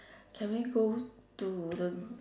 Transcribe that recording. can we go to the